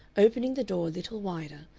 opening the door a little wider,